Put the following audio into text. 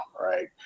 right